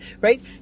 right